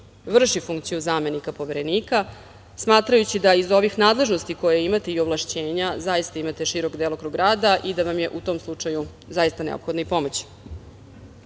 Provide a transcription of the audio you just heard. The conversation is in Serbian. vrši funkciju zamenika Poverenika, smatrajući da iz ovih nadležnosti i ovlašćenja koje imate, zaista imati širok delokrug rada, da vam je u tom slučaju zaista neophodna i pomoć. Što